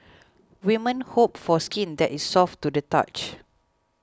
women hope for skin that is soft to the touch